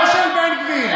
לא של בן גביר,